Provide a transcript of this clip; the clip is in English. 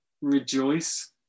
rejoice